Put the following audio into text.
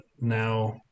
now